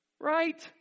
Right